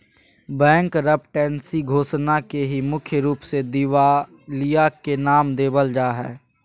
bankruptcy घोषणा के ही मुख्य रूप से दिवालिया के नाम देवल जा हय